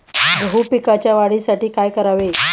गहू पिकाच्या वाढीसाठी काय करावे?